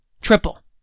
triple